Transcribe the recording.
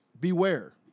Beware